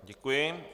Děkuji.